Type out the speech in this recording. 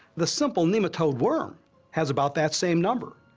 the simple nematode worm has about that same number.